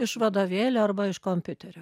iš vadovėlio arba iš kompiuterio